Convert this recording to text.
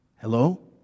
Hello